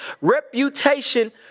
reputation